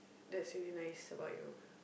that's really nice about you